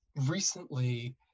recently